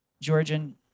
Georgian